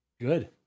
Good